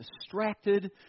distracted